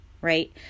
right